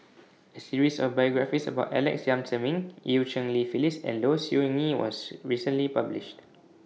A series of biographies about Alex Yam Ziming EU Cheng Li Phyllis and Low Siew Nghee was recently published